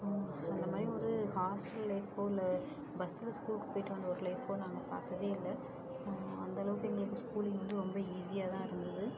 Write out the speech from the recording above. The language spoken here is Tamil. ஓ அந்த மாதிரி ஒரு ஹாஸ்டல் லைஃபோ இல்லை பஸ்ல ஸ்கூல்க்கு போய்ட்டு வந்த ஒரு லைஃபோ நாங்கள் பார்த்ததே இல்லை அந்தளவுக்கு எங்களுக்கு ஸ்கூலிங் வந்து ரொம்ப ஈஸியாக தான் இருந்தது